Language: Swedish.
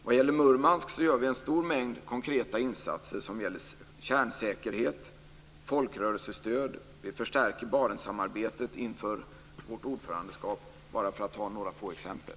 Vad gäller Murmansk gör vi en stor mängd konkreta insatser som gäller kärnsäkerhet, folkrörelsestöd, vi förstärker Barentssamarbetet inför vårt ordförandeskap, bara för att ta några få exempel.